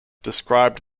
described